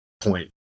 point